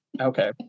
Okay